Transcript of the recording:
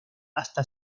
hasta